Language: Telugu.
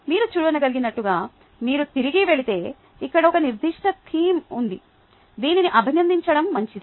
మీరు చూడగలిగినట్లుగా మీరు తిరిగి వెళితే ఇక్కడ ఒక నిర్దిష్ట థీమ్ ఉంది దీనిని అభినందించడం మంచిది